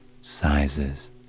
sizes